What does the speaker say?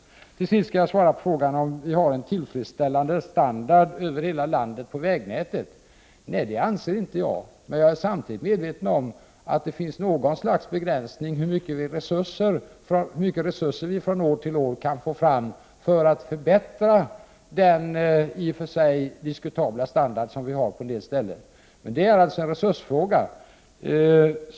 Till sist skall jag svara på frågan om vi har en tillfredsställande standard på vägnätet över hela landet. Nej, det anser jag inte. Men jag är samtidigt medveten om att det finns en begränsning av hur mycket resurser vi från år till år kan få fram för att förbättra den i och för sig diskutabla standarden på en del ställen. Men det är alltså en resursfråga.